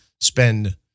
spend